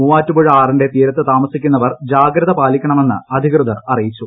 മൂവാറ്റുപുഴ ആറിന്റെ തീരത്ത് താമസിക്കുന്നവർ ജാഗ്രത പാലിക്കണമെന്ന് അധികൃതർ അറിയിച്ചു